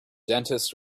dentist